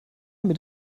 mit